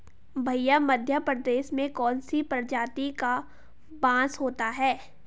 भैया मध्य प्रदेश में कौन सी प्रजाति का बांस होता है?